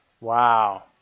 Wow